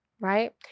right